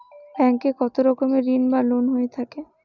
Bank এ কত রকমের ঋণ বা লোন হয়ে থাকে?